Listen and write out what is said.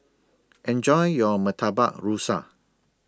Enjoy your Murtabak Rusa